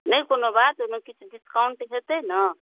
नहि कोनो बात ओहिमे किछु डिस्काउन्ट हेतै ने